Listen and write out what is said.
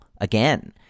again